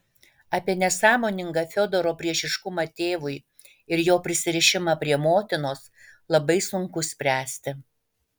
apie nesąmoningą fiodoro priešiškumą tėvui ir jo prisirišimą prie motinos labai sunku spręsti